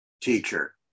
teacher